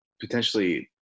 potentially